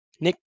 Nick